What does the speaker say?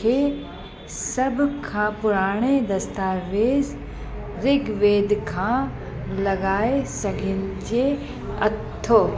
खे सभ खां पुराणे दस्तावेज़ रिगवेद खां लॻाए सघिजे अथो